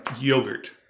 Yogurt